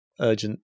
urgent